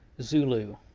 Zulu